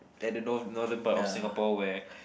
that the North Northern part of Singapore where